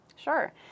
Sure